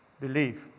believe